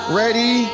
ready